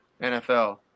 NFL